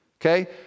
okay